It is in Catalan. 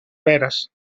veres